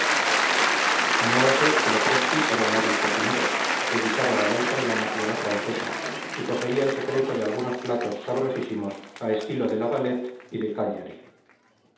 añádase que lopresti era un hábil cocinero que guisaba a la italiana y a la francesa y poseía el secreto de algunos platos sabrosísimos a estilo de la valette y de